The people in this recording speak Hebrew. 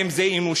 האם זה אנושי?